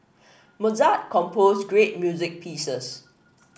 Mozart composed great music pieces